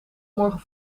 morgen